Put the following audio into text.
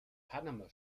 panama